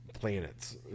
planets